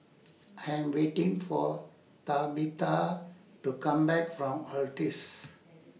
I Am waiting For Tabetha to Come Back from Altez